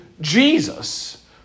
Jesus